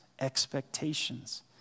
expectations